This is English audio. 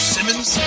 Simmons